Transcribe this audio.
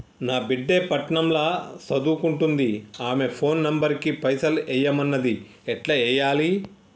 నా బిడ్డే పట్నం ల సదువుకుంటుంది ఆమె ఫోన్ నంబర్ కి పైసల్ ఎయ్యమన్నది ఎట్ల ఎయ్యాలి?